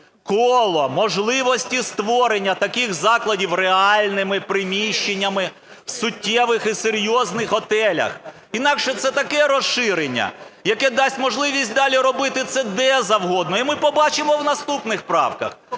коло можливості створення таких закладів реальними приміщеннями в суттєвих і серйозних готелях. Інакше це таке розширення, яке дасть можливість далі робити це де завгодно. І ми побачимо в наступних правках: